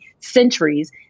centuries